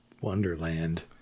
wonderland